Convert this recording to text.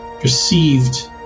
perceived